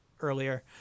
earlier